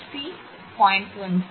1 C